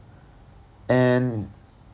and